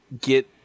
get